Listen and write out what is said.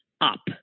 up